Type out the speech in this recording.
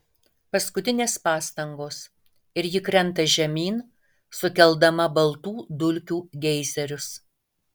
paskutinės pastangos ir ji krenta žemyn sukeldama baltų dulkių geizerius